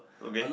okay